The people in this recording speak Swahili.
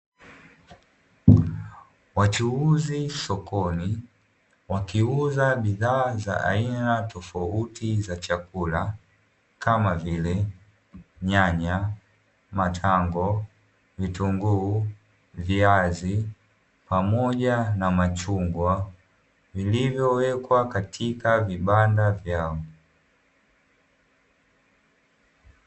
Wachuuzi sokoni wakiuza bidhaa za aina tofauti za chakula kama vile nyanya, matango, vitunguu, viazi pamoja na machungwa vilivyowekwa katika vibanda vyao.